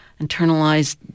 internalized